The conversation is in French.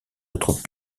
autres